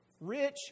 rich